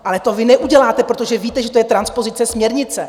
Ale to vy neuděláte, protože víte, že to je transpozice směrnice.